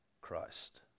Christ